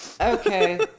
Okay